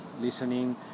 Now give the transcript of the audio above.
listening